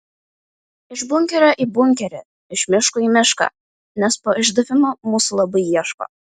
iš bunkerio į bunkerį iš miško į mišką nes po išdavimo mūsų labai ieško